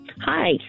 Hi